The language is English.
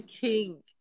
king